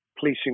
policing